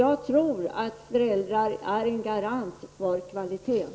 Jag tror att föräldrar är en garant för kvalitét.